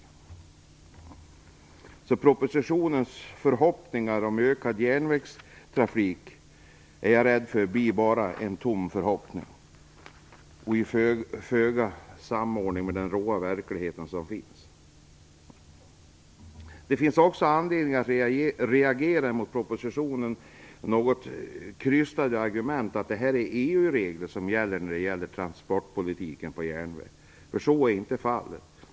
Jag är rädd för att förhoppningarna i propositionen om ökad järnvägstrafik bara blir tomma förhoppningar, i föga samordning med den råa verkligheten. Det finns också anledning att reagera mot de något krystade argumenten i propositionen om att detta skulle vara EU-regler för transportpolitik på järnväg. Så är inte fallet.